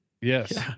Yes